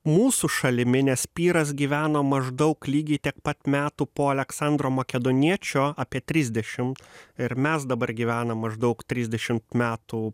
mūsų šalimi nes pyras gyveno maždaug lygiai tiek pat metų po aleksandro makedoniečio apie trisdešim ir mes dabar gyvenam maždaug trisdešimt metų